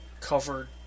covered